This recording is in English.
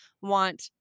want